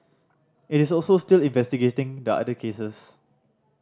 it is also still investigating the other cases